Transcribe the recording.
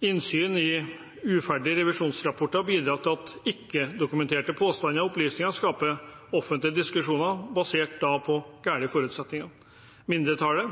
innsyn i uferdige revisjonsrapporter bidrar til at ikke-dokumenterte påstander og opplysninger skaper offentlige diskusjoner basert på gale forutsetninger. Mindretallet,